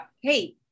hey